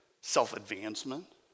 self-advancement